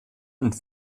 und